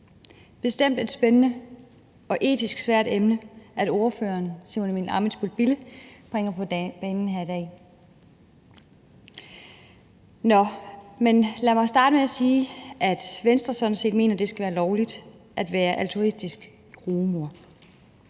spændende og etisk svært emne, som ordføreren, Simon Emil Ammitzbøll-Bille, bringer på banen her i dag. Lad mig starte med at sige, at Venstre sådan set mener, det skal være lovligt at være altruistisk rugemor;